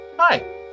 Hi